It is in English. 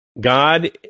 God